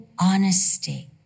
Honesty